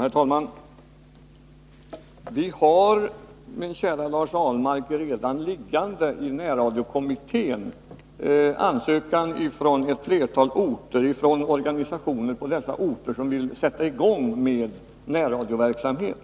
Herr talman! Vi har, käre Lars Ahlmark, redan ansökningar liggande i närradiokommittén från organisationer på ett flertal orter som vill sätta i gång med närradioverksamhet.